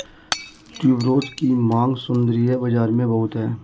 tuberose की मांग सौंदर्य बाज़ार में बहुत है